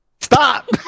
Stop